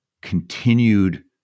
continued